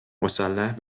مسلح